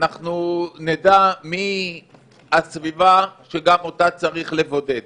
אנחנו נדע מי הסביבה שגם אותה צריך לבודד.